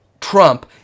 Trump